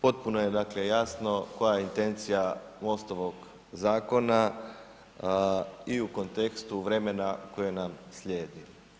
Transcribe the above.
Potpuno je dakle jasno koja je intencija MOST-ovog zakona i u kontekstu vremena koje nam slijedi.